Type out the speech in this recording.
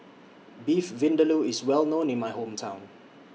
Beef Vindaloo IS Well known in My Hometown